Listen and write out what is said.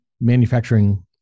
manufacturing